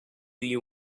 you